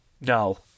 no